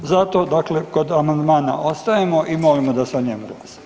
Zato dakle kod amandmana ostajemo i molimo da se o njemu glasa.